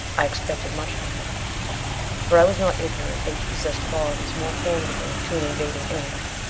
i expected much from you for i was not ignorant that you possess qualities most formidable to an invading enemy.